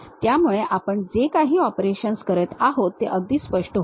त्यामुळे आपण जे काही ऑपरेशन करत आहोत ते अगदी स्पष्ट होईल